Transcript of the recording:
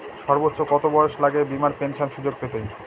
সর্বোচ্চ কত বয়স লাগে বীমার পেনশন সুযোগ পেতে?